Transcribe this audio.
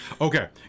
Okay